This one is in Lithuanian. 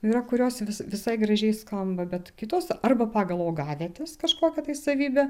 yra kurios vis visai gražiai skamba bet kitos arba pagal augavietes kažkokią tai savybę